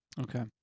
Okay